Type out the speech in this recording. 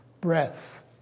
breath